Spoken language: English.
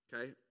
okay